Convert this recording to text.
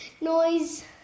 noise